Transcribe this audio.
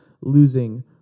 losing